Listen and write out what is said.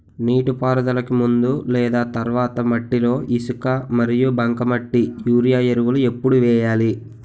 నీటిపారుదలకి ముందు లేదా తర్వాత మట్టిలో ఇసుక మరియు బంకమట్టి యూరియా ఎరువులు ఎప్పుడు వేయాలి?